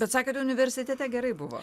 bet sakėt universitete gerai buvo